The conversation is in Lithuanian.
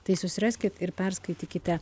tai susiraskit ir perskaitykite